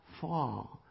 fall